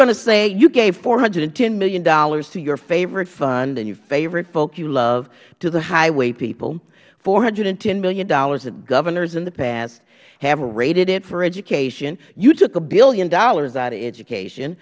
going to say you gave four hundred and ten dollars million to your favorite fund and your favorite folk you love to the highway people four hundred and ten dollars million governors in the past have raided it for education you took a billion dollars out of education